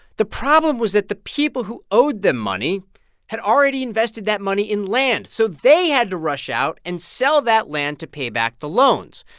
the problem was that the people who owed them money had already invested that money in land, so they had to rush out and sell that land to pay back the loans.